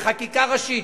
בחקיקה ראשית,